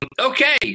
Okay